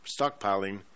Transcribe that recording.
stockpiling